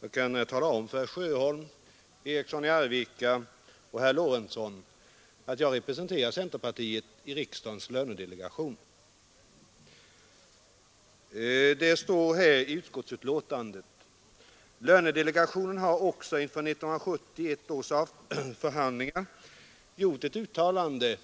Herr talman! Jag kan tala om för herrar Sjöholm, Eriksson i Arvika och Lorentzon, att jag representerar centerpartiet i riksdagens lönedelegation. Utskottet skriver i sitt betänkande: ”Lönedelegationen har också inför 1971 års förhandlingar gjort ett uttalande